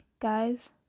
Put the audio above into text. guys